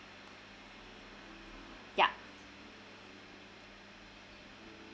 ya